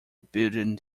building